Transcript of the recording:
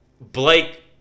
blake